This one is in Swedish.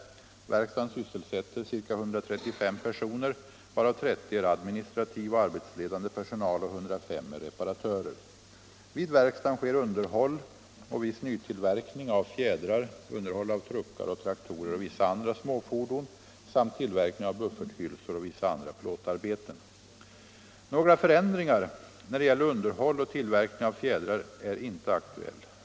Verkstaden sysselsätter ca 135 personer, varav 30 är administrativ och arbetsledande personal och 105 är reparatörer. Vid verkstaden sker underhåll och viss nytillverkning av fjädrar, underhåll av truckar och traktorer och vissa andra småfordon samt tillverkning av bufferthylsor och vissa andra plåtarbeten. Några förändringar när det gäller underhåll och tillverkning av fjädrar är inte aktuell.